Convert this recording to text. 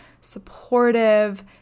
supportive